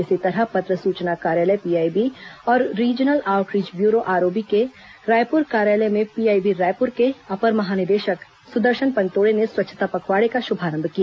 इसी तरह पत्र सुचना कार्यालय पीआईबी और रीजनल आउटरीच ब्यूरो आरओबी के रायपूर कार्यालय में पीआईबीरायपुर के अपर महानिदेशक सुदर्शन पंतोड़े ने स्वच्छता पखवाड़े का शुभारंभ किया